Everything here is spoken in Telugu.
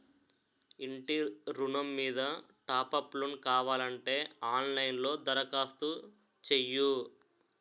ఇంటి ఋణం మీద టాప్ అప్ లోను కావాలంటే ఆన్ లైన్ లో దరఖాస్తు చెయ్యు